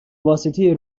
واسطه